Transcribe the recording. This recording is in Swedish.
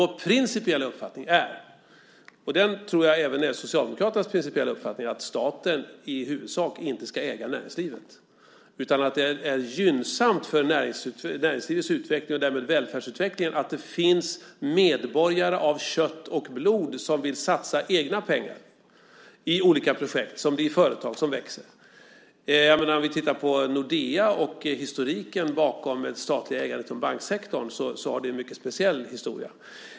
Vår principiella uppfattning är, och det tror jag även är Socialdemokraternas principiella uppfattning, att staten i huvudsak inte ska äga näringslivet utan det är gynnsamt för näringslivets utveckling, och därmed för välfärdsutvecklingen, att det finns medborgare av kött och blod som vill satsa egna pengar i olika projekt som sedan blir företag som växer. Om vi tittar på Nordea och historiken bakom det statliga ägandet inom banksektorn är det en mycket speciell historia.